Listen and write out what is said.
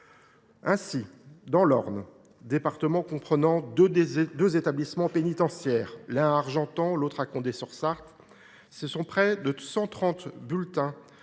Ainsi, dans l’Orne, département comprenant deux établissements pénitentiaires, l’un à Argentan, l’autre à Condé sur Sarthe, ce sont près de 130 bulletins